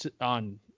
on